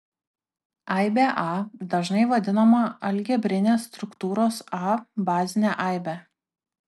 aibė a dažnai vadinama algebrinės struktūros a bazine aibe